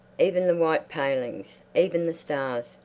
even the white palings, even the stars,